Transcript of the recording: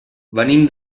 venim